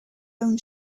own